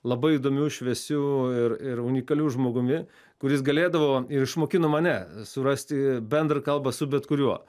labai įdomiu šviesiu ir ir unikaliu žmogumi kuris galėdavo ir išmokino mane surasti bendrą kalbą su bet kuriuo